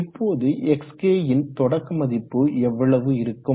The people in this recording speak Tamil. இப்போது xk ன் தொடக்க மதிப்பு எவ்வளவு இருக்கும்